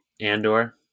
Andor